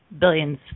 billions